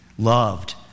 loved